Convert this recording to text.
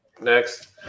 next –